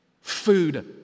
food